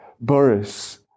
Boris